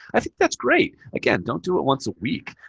i think that's great. again, don't do it once a week.